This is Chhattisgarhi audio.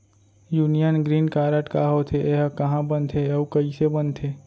यूनियन ग्रीन कारड का होथे, एहा कहाँ बनथे अऊ कइसे बनथे?